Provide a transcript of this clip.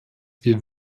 wir